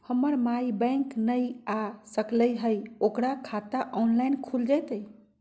हमर माई बैंक नई आ सकली हई, ओकर खाता ऑनलाइन खुल जयतई?